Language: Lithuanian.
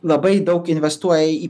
labai daug investuoja į